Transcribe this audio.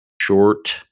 short